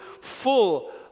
full